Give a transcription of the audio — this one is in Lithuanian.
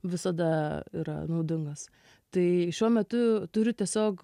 visada yra naudingas tai šiuo metu turiu tiesiog